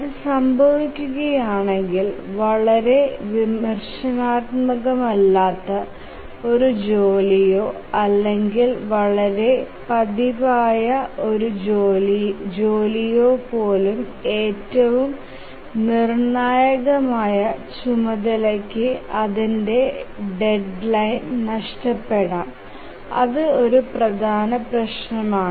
അത് സംഭവിക്കുകയാണെങ്കിൽ വളരെ വിമർശനാത്മകമല്ലാത്ത ഒരു ജോലിയോ അല്ലെങ്കിൽ വളരെ പതിവായ ഒരു ജോലിയോ പോലും ഏറ്റവും നിർണായകമായ ചുമതലയ്ക്ക് അതിന്റെ ഡെഡ്ലൈൻ നഷ്ടപ്പെടാം അത് ഒരു പ്രധാന പ്രശ്നമാണ്